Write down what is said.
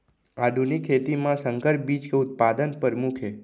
आधुनिक खेती मा संकर बीज के उत्पादन परमुख हे